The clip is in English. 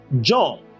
John